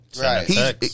Right